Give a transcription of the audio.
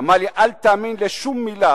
אמר לי: אל תאמין לשום מלה